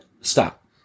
Stop